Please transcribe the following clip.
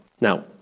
Now